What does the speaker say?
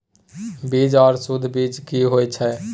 बीज आर सुध बीज की होय छै?